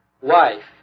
wife